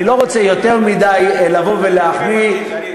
אני לא רוצה לבוא ולהחמיא מדי,